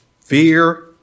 Fear